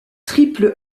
triple